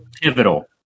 pivotal